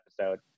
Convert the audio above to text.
episode